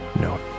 No